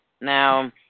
Now